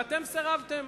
ואתם סירבתם.